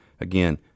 Again